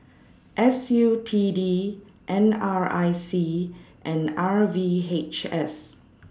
S U T D N R I C and R V H S